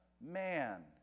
man